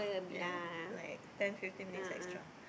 ya like ten fifteen minutes extra